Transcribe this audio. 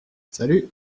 salut